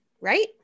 right